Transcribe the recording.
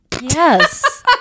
yes